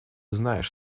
знаешь